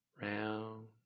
round